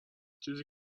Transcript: چیزی